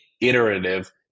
iterative